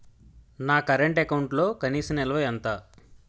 నా కరెంట్ అకౌంట్లో కనీస నిల్వ ఎంత?